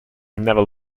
never